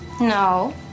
No